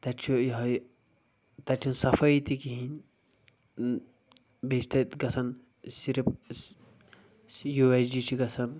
تتہِ چھُ یہٕے تتہِ چھنہٕ صفٲیی تہِ کہیٖنۍ بیٚیہِ چھ تتہِ گژھان صرف یوٗ اٮ۪س جی چھِ گژھان